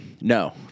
No